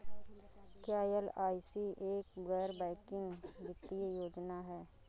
क्या एल.आई.सी एक गैर बैंकिंग वित्तीय योजना है?